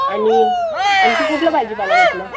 आणि आणखी कुठलं भाजीपाला म्हटलं